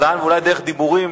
הסורים.